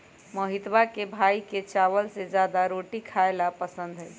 मोहितवा के भाई के चावल से ज्यादा रोटी खाई ला पसंद हई